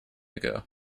ago